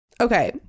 Okay